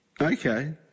Okay